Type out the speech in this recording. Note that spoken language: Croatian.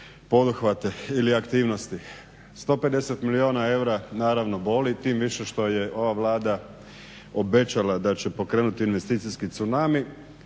poduhvate ili aktivnosti. 150 milijuna eura naravno boli, tim više što je ova Vlada obećala da će pokrenuti investicijski tsunami.